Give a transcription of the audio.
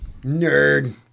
Nerd